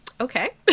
Okay